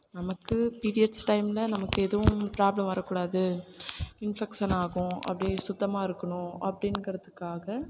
நமக்கு பீரியட்ஸ் டைமில் நமக்கு எதுவும் ப்ராப்ளம் வரக்கூடாது இன்பெஃக்சன் ஆகும் அப்படி சுத்தமாக இருக்கணும் அப்படிங்குறத்துக்காக